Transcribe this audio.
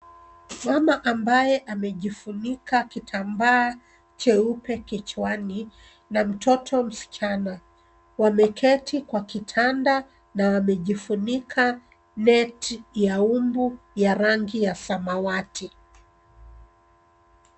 Mama ambaye amejifunika kitambaa cheupe kichwani na mtoto msichana wameketi kwa kitanda na amejifunika cs[net]cs ya mbu ya rangi ya samawati.